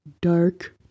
dark